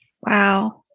wow